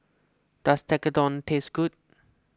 does Tekkadon taste good